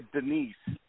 Denise